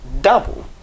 double